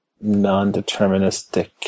non-deterministic